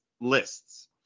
lists